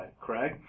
Craig